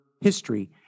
history